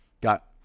Got